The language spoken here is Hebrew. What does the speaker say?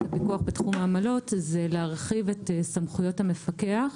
הפיקוח בתחום העמלות זה להרחיב את סמכויות המפקח,